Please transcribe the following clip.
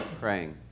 praying